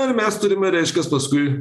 ir mes turime reiškias paskui